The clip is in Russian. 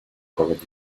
проводить